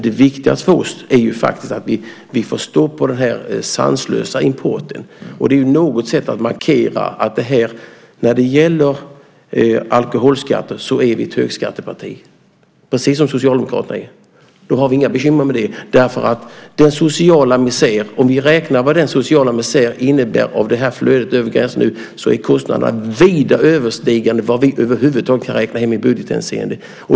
Det viktigaste för oss är att få stopp på den sanslösa importen. Det är ett sätt att markera att vi är ett högskatteparti i fråga om alkoholskatter - precis som Socialdemokraterna. Vi har inga bekymmer med det. Om vi räknar vad flödet över gränserna innebär på den sociala misären överstiger kostnaderna vida vad vi över huvud taget kan räkna hem i budgethänseende.